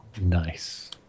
nice